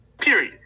period